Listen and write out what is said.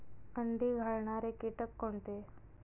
अंडी घालणारे किटक कोणते?